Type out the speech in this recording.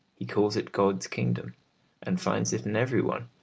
he calls it god's kingdom and finds it in every one.